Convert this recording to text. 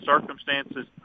circumstances